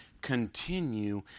continue